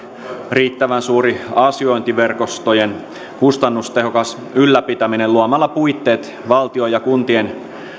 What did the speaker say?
riittävän suurten asiointiverkostojen kustannustehokas ylläpitäminen luomalla puitteet valtion ja kuntien